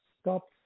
stop